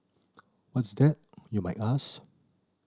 what's that you might ask